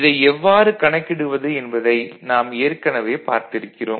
இதை எவ்வாறு கணக்கிடுவது என்பதை நாம் ஏற்கனவே பார்த்திருக்கிறோம்